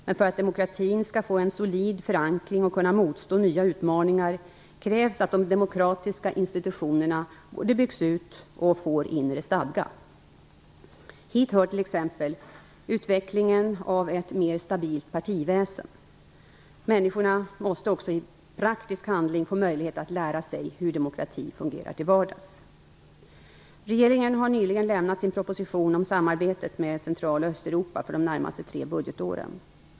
Men för att demokratin skall få en solid förankring och kunna motstå nya utmaningar krävs att de demokratiska institutionerna både byggs ut och får inre stadga. Hit hör t.ex. utvecklingen av ett mer stabilt partiväsen. Människorna måste också i praktisk handling få möjlighet att lära sig hur demokrati fungerar till vardags. Regeringen har nyligen lämnat sin proposition om samarbetet med Central och Östeuropa för de närmaste tre budgetåren.